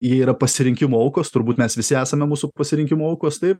jie yra pasirinkimo aukos turbūt mes visi esame mūsų pasirinkimo aukos taip